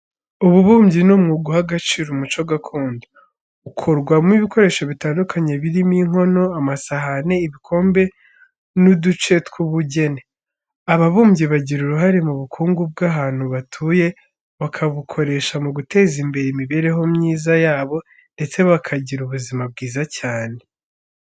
Ububumbyi ni umwuga uha agaciro umuco gakondo, ukorwamo ibikoresho bitandukanye birimo inkono, amasahane, ibikombe n'uduce tw'ubugeni. Ababumbyi bagira uruhare mu bukungu bw'ahantu batuye, bakabukoresha mu guteza imbere imibereho myiza yabo ndetse bakagira ubuzima bwiza cyane.